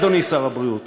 אדוני שר הבריאות,